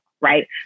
right